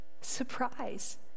surprise